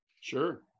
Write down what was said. Sure